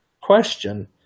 question